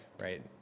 right